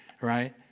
right